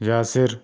Yasir